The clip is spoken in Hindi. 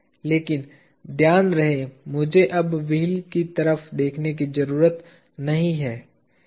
लेकिन ध्यान रहे मुझे अब व्हील की तरफ देखने की जरूरत नहीं है